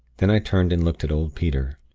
then i turned and looked at old peter,